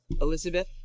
Elizabeth